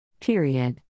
Period